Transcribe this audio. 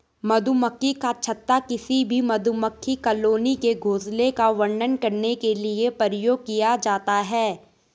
मधुमक्खी का छत्ता किसी भी मधुमक्खी कॉलोनी के घोंसले का वर्णन करने के लिए प्रयोग किया जाता है